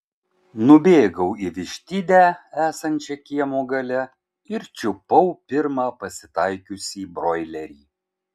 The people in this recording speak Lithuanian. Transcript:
nubėgau į vištidę esančią kiemo gale ir čiupau pirmą pasitaikiusį broilerį